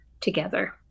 together